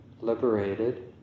liberated